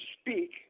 speak